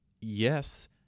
yes